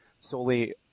solely